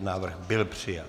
Návrh byl přijat.